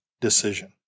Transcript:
decision